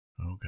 Okay